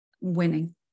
winning